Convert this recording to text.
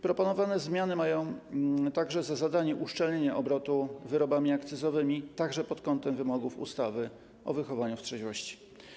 Proponowane zmiany mają także za zadanie uszczelnienie obrotu wyrobami akcyzowymi także pod kątem wymogów ustawy o wychowaniu w trzeźwości.